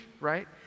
right